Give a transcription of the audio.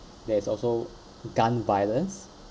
there is also gun violence